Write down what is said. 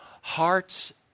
hearts